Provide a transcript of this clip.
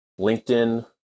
LinkedIn